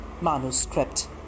Manuscript